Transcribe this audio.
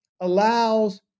allows